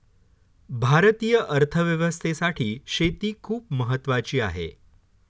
भारतीय अर्थव्यवस्थेसाठी शेती खूप महत्त्वाची आहे